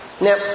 Now